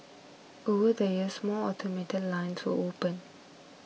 over the years more automated line to open